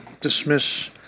dismiss